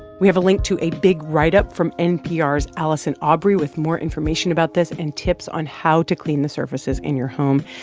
we have a link to a big write-up from npr's allison aubrey with more information about this and tips on how to clean the surfaces in your home.